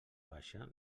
baixa